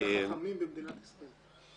אחד החכמים במדינת ישראל.